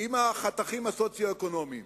עם החתכים הסוציו-אקונומיים